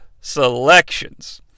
selections